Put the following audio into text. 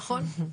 נכון.